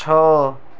ଛଅ